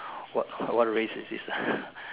what what race is this ah